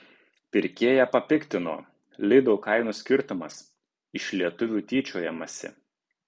pirkėją papiktino lidl kainų skirtumas iš lietuvių tyčiojamasi